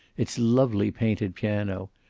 its lovely painted piano,